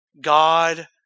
God